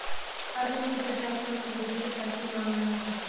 अरविंद मुझसे ट्रैक्टर खरीदने के पैसे मांग रहा था